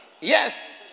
Yes